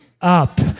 up